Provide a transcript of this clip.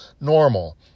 normal